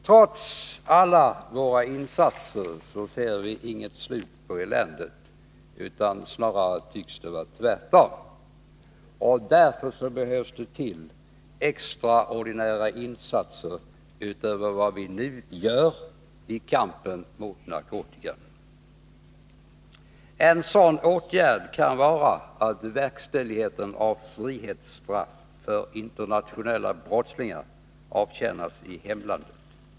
Trots alla våra insatser ser vi inget slut på eländet — snarare tycks det vara tvärtom. Därför behövs det extraordinära insatser utöver vad vi nu gör i kampen mot narkotikan. En sådan åtgärd kan vara att verkställigheten av frihetsstraff för internationella brottslingar avtjänas i hemlandet.